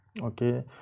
Okay